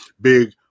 Big